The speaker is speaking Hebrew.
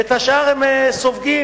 את השאר הם סופגים.